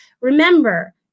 remember